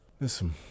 Listen